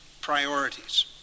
priorities